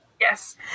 Yes